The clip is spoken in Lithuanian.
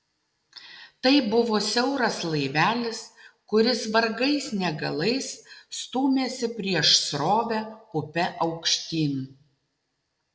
tai buvo siauras laivelis kuris vargais negalais stūmėsi prieš srovę upe aukštyn